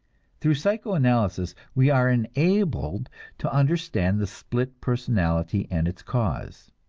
through psychoanalysis we are enabled to understand the split personality and its cause.